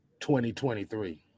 2023